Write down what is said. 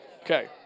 Okay